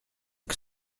que